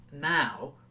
now